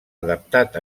adaptat